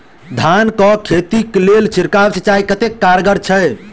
धान कऽ खेती लेल छिड़काव सिंचाई कतेक कारगर छै?